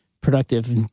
productive